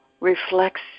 reflects